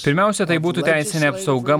pirmiausia tai būtų teisinė apsauga